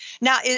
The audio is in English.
Now